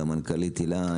והמנכ"לית הילה,